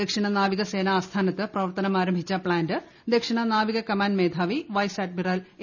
ദക്ഷിണ നാവികസേന ആസ്ഥാനത്ത് പ്രവർത്തനം ആരംഭിച്ച പ്ലാന്റ് ദക്ഷിണനാവിക കമാൻഡ് മേധാവി വൈസ് അഡ്മിറൽ എ